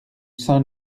saint